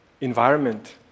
environment